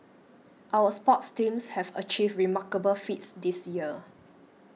our sports teams have achieved remarkable feats this year